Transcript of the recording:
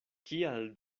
kial